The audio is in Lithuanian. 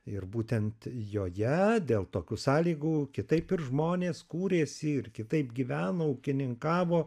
ir būtent joje dėl tokių sąlygų kitaip ir žmonės kūrėsi ir kitaip gyveno ūkininkavo